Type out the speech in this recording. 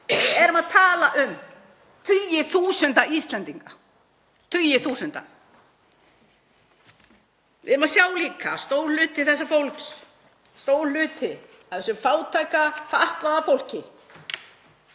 Við erum að tala um tugi þúsunda Íslendinga, tugi þúsunda. Við erum að sjá líka að stór hluti þessa fólks, stór hluti af þessu fátæka, fatlaða fólki,